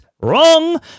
Wrong